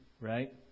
right